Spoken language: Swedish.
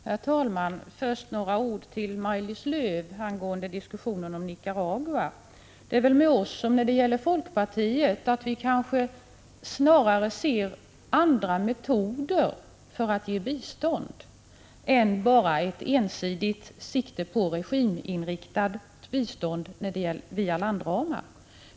Herr talman! Först några ord till Maj-Lis Lööw angående diskussionen om Nicaragua. Det är väl med oss som med folkpartiet — vi snarare ser andra metoder för att ge bistånd än att man ensidigt siktar på ett regiminriktat bistånd via landramar.